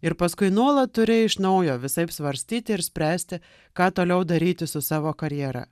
ir paskui nuolat turi iš naujo visaip svarstyti ir spręsti ką toliau daryti su savo karjera